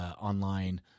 online